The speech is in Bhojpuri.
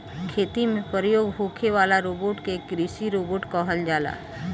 खेती में प्रयोग होखे वाला रोबोट के कृषि रोबोट कहल जाला